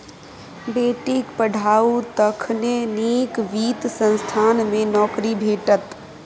बेटीक पढ़ाउ तखने नीक वित्त संस्थान मे नौकरी भेटत